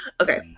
Okay